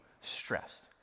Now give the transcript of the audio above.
stressed